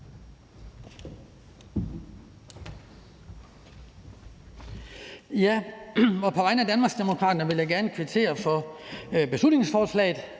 (DD): På vegne af Danmarksdemokraterne vil jeg gerne kvittere for beslutningsforslaget,